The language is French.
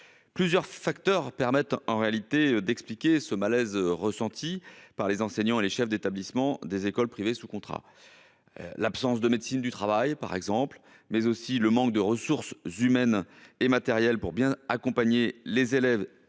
Plusieurs facteurs peuvent expliquer le malaise ressenti par les enseignants et chefs d'établissement des écoles privées sous contrat : absence de médecine du travail, manque de ressources humaines et matérielles pour bien accompagner les élèves,